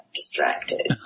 distracted